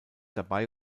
dabei